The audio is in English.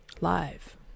Live